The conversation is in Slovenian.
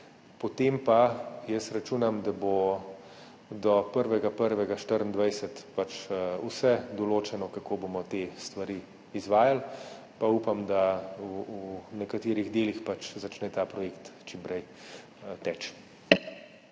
Potem pa jaz računam, da bo do 1. 1. 2024 vse določeno, kako bomo te stvari izvajali. Upam, da v nekaterih delih začne ta projekt čim prej teči.